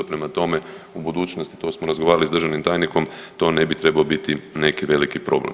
Prema tome, u budućnosti to smo razgovarali sa državnim tajnikom to ne bi trebao biti neki veliki problem.